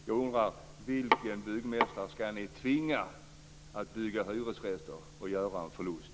Jag undrar: Vilken byggmästare ska ni tvinga att bygga hyresrätter och därmed göra en förlust?